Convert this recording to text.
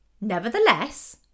nevertheless